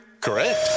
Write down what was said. Correct